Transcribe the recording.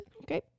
Okay